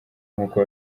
nkuko